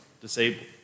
disabled